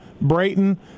Brayton